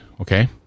Okay